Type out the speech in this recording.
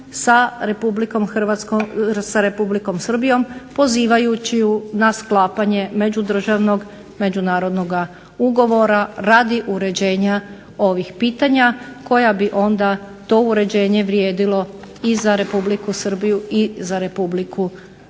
sa Republikom Srbijom pozivajući je na sklapanje međudržavnog, međunarodnog ugovora radi uređenja ovih pitanja koja bi onda to uređenje vrijedilo i za Republiku Srbiju i za RH. Stoga